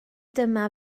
dyma